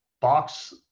box